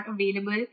available